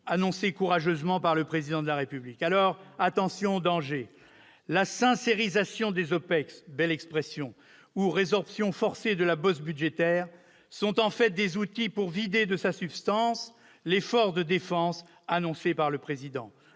annoncée courageusement par le Président de la République. Attention danger ! La « sincérisation des OPEX »- belle expression ... -ou la résorption forcée de la « bosse budgétaire » sont en fait des outils pour vider de sa substance l'effort de défense annoncé par le Président